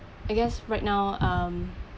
I guess right now um